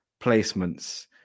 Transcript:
placements